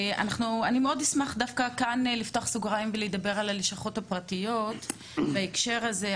אני מאוד אשמח לפתוח כאן סוגריים ולדבר על הלשכות הפרטיות בהקשר הזה,